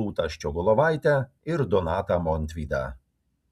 rūtą ščiogolevaitę ir donatą montvydą